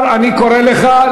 חבר הכנסת טלב אבו עראר.